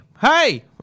Hey